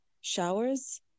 showers